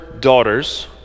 daughters